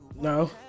No